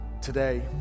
today